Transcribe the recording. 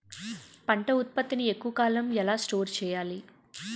పంట ఉత్పత్తి ని ఎక్కువ కాలం ఎలా స్టోర్ చేయాలి?